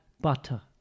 butter